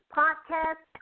podcast